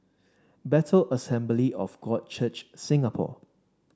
Bethel Assembly of God Church Singapore